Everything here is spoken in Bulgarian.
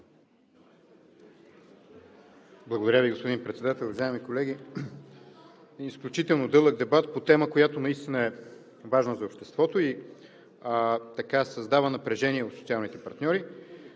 Благодаря Ви, господин Председател. Уважаеми колеги, изключително дълъг дебат по тема, която наистина е важна за обществото и създава напрежение в социалните партньори.